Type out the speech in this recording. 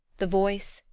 the voice,